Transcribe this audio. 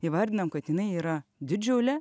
įvardinom kad jinai yra didžiulė